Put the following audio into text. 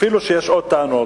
אפילו שיש עוד טענות,